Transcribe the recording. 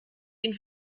ihn